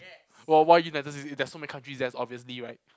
why why United-States there's so many countries that's obviously right